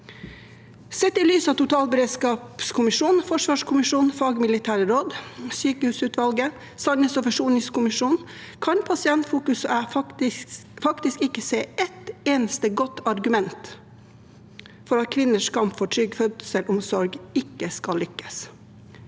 Sett i lys av totalberedskapskommisjonen, forsvarskommisjonen, fagmilitære råd, sykehusutvalget og sannhets- og forsoningskommisjonen kan Pasientfokus og jeg faktisk ikke se ett eneste godt argument for at kvinners kamp for trygg fødselsomsorg ikke skal lykkes.